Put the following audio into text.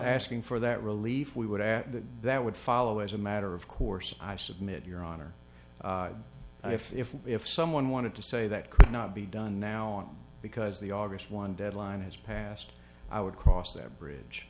asking for that relief we would add that that would follow as a matter of course i submit your honor and if if if someone wanted to say that could not be done now on because the august one deadline has passed i would cross that bridge